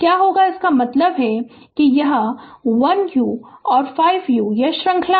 क्या होगा इसका मतलब है इसका मतलब है यह 1 Ù और 5 Ù यह श्रृंखला में होगा